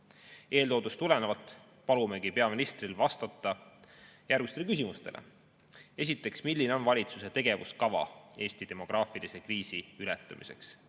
Eeltoodust tulenevalt palumegi peaministril vastata järgmistele küsimustele. Esiteks, milline on valitsuse tegevuskava Eesti demograafilise kriisi ületamiseks?